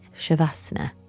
shavasana